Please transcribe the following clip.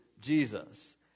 Jesus